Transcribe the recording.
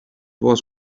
was